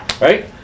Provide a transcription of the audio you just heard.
Right